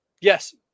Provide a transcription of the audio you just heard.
Yes